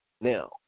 Now